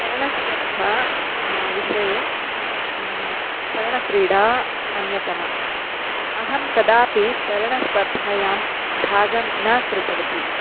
तरणस्पर्धा विषये तरणक्रीडा अन्यतमा अहं कदापि तरणस्पर्धायां भागं न कृतवती